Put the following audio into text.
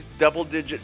double-digit